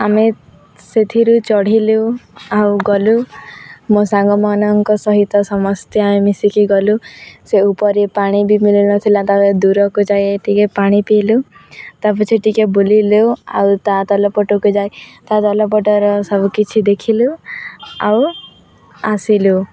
ଆମେ ସେଥିରେ ଚଢ଼ିଲୁ ଆଉ ଗଲୁ ମୋ ସାଙ୍ଗମାନଙ୍କ ସହିତ ସମସ୍ତେ ଆମେ ମିଶିକି ଗଲୁ ସେ ଉପରେ ପାଣି ବି ମିଳୁନଥିଲା ତାପରେ ଦୂରକୁ ଯାଇ ଟିକେ ପାଣି ପିଇଲୁ ତା ପଛପଟେ ଟିକେ ବୁଲିଲୁ ଆଉ ତା ତଳ ପଟକୁ ଯାଇ ତା ତଳ ପଟର ସବୁକିଛି ଦେଖିଲୁ ଆଉ ଆସିଲୁ